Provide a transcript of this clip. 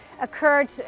occurred